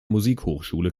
musikhochschule